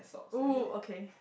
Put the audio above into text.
oh okay